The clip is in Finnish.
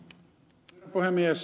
herra puhemies